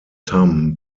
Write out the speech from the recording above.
tam